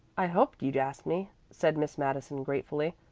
i hoped you'd ask me, said miss madison gratefully.